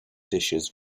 dishes